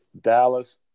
Dallas